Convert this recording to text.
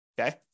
Okay